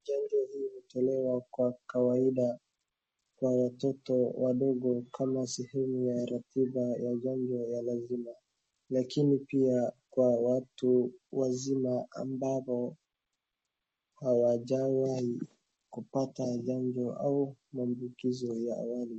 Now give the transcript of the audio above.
Chanjo hii hutolewa kwa kawaida kwa watoto wadogo kama sehemu ya ratiba ya chanjo ya lazima, lakini pia kwa watu wazima ambao hawajawai kupata chanjo au maambukizo ya awali.